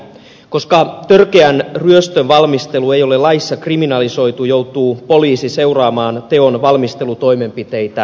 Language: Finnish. koska törkeän ryöstön valmistelu ei ole laissa kriminalisoitu joutuu poliisi seuraamaan teon valmistelutoimenpiteitä liian kauan